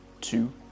two